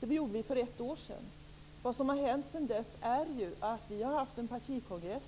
Vi gjorde det för ett år sedan. Vad som har hänt sedan dess är att vi har haft en partikongress,